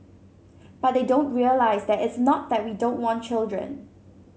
but they don't realise that it's not that we don't want children